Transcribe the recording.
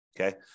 okay